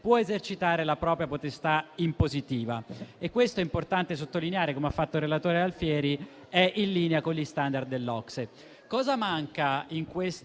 può esercitare la propria potestà impositiva e questo - è importante sottolinearlo, come ha fatto il relatore Alfieri - è in linea con gli *standard* dell'OCSE. In questo